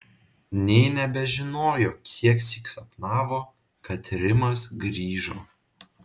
nė nebežinojo kieksyk sapnavo kad rimas grįžo